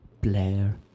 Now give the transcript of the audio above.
Blair